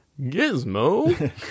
Gizmo